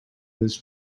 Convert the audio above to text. his